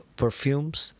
perfumes